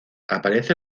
aparece